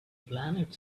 planet